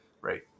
right